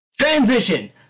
transition